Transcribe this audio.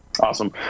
Awesome